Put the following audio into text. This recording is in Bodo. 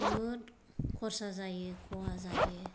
बहुत खरसा जायो खहा जायो